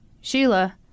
Sheila